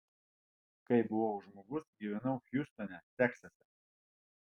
kai buvau žmogus gyvenau hjustone teksase